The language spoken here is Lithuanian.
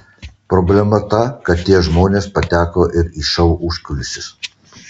problema ta kad tie žmonės pateko ir į šou užkulisius